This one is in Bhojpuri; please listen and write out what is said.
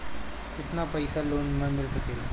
केतना पाइसा लोन में मिल सकेला?